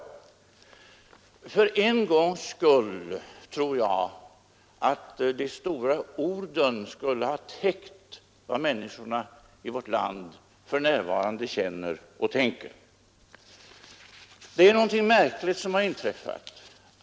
För en gångs skull är det de stora orden som bäst skulle ha täckt vad människorna i vårt land för närvarande känner och tänker. Något märkligt har inträffat.